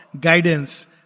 guidance